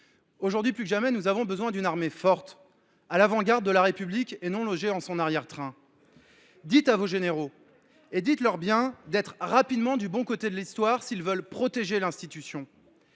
aujourd’hui plus que jamais, nous avons besoin d’une armée forte, à l’avant garde de la République et non logée en son arrière train. Dites le à nos généraux. Dites leur bien d’être rapidement dans le sens de l’Histoire s’ils veulent protéger l’institution